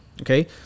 Okay